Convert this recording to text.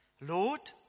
Lord